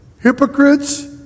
Hypocrites